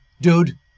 dude